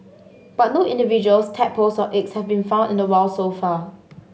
but no individuals tadpoles or eggs have been found in the wild so far